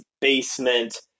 basement